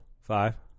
Five